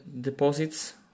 deposits